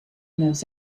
those